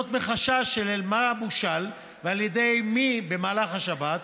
מחשש של מה בושל ועל ידי מי במהלך השבת,